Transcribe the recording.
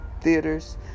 theaters